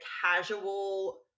casual